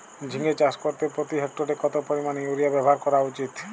ঝিঙে চাষ করতে প্রতি হেক্টরে কত পরিমান ইউরিয়া ব্যবহার করা উচিৎ?